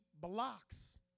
blocks